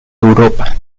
europa